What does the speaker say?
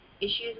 issues